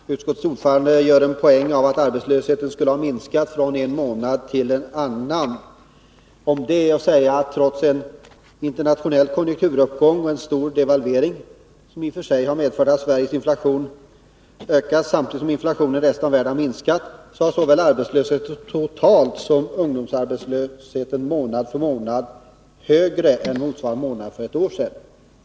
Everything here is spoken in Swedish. Herr talman! Utskottets ordförande gör en poäng av att arbetslösheten skulle ha minskat från en månad till en annan. Om detta är att säga: Trots en internationell konjunkturuppgång och en stor devalvering — som i och för sig har medfört att Sveriges inflation ökat samtidigt som inflationen i resten av världen har minskat — har såväl arbetslösheten totalt som ungdomsarbetslösheten månad för månad varit högre än motsvarande månad för ett år sedan.